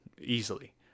easily